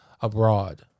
abroad